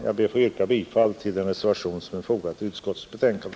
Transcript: Jag ber att få yrka bifall till reservationen 1, som är fogad till utskottets betänkande.